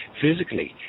physically